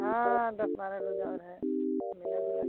हाँ दस बारह दिन और हैं मिला जुलाकर